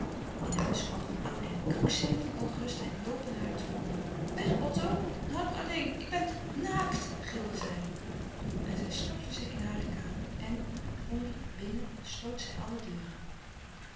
in huis kwam van oudijck krankzinnig van ongerustheid loopen naar haar toe weg otto laat me alleen ik ben naakt gilde zij en zij stortte zich in hare kamer en oerip binnen sloot zij alle deuren